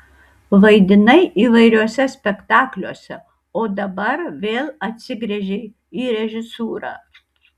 vaidinai įvairiuose spektakliuose o dabar vėl atsigręžei į režisūrą